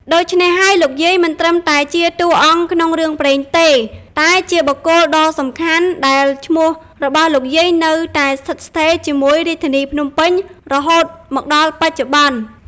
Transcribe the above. ដូច្នេះហើយ លោកយាយមិនត្រឹមតែជាតួអង្គក្នុងរឿងព្រេងទេ តែជាបុគ្គលដ៏សំខាន់ដែលឈ្មោះរបស់លោកយាយនៅតែស្ថិតស្ថេរជាមួយរាជធានីភ្នំពេញរហូតមកដល់បច្ចុប្បន្ន។